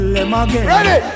Ready